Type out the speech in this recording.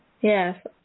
yes